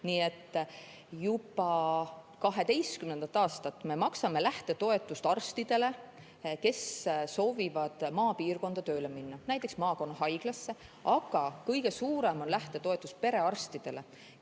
kaheteistkümnendat aastat me maksame lähtetoetust arstidele, kes soovivad maapiirkonda tööle minna, näiteks maakonnahaiglasse. Kõige suurem on lähtetoetus perearstidele,